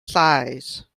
size